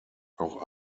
auch